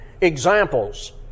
Examples